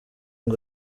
ngo